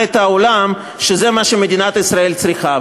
את העולם שזה מה שמדינת ישראל צריכה.